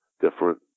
different